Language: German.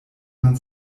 man